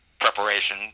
preparation